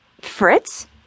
Fritz